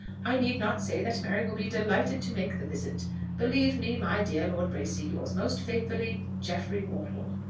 i need not say that mary will be delighted to make the visit believe me, my dear lord bracy, yours most faithfully. jeffrey wortle.